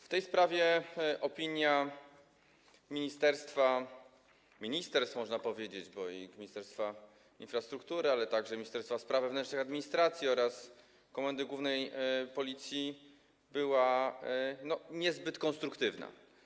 W tej sprawie opinia ministerstw, tak można powiedzieć, bo i Ministerstwa Infrastruktury, ale także Ministerstwa Spraw Wewnętrznych i Administracji, oraz Komendy Głównej Policji była niezbyt konstruktywna.